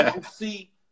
See